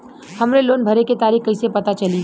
हमरे लोन भरे के तारीख कईसे पता चली?